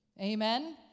Amen